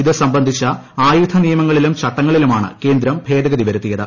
ഇത് സംബന്ധിച്ച ആയുധ നിയമങ്ങളിലും ചട്ടങ്ങളിലുമാണ് കേന്ദ്രം ഭേദഗതി വരുത്തിയത്